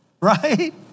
right